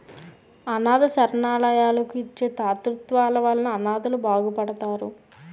అనాధ శరణాలయాలకు ఇచ్చే తాతృత్వాల వలన అనాధలు బాగుపడతారు